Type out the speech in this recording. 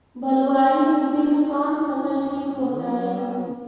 बलुआही मिट्टी में कौन फसल ठिक होतइ?